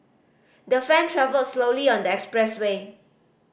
the fan travelled slowly on the expressway